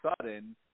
sudden